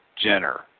Jenner